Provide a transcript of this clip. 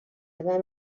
demà